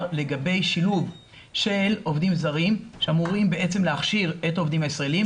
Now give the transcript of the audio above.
לגבי שילוב של עובדים זרים שאמורים בעצם להכשיר את העובדים הישראלים.